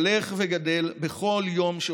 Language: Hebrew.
הולך וגדל בכל יום שעובר?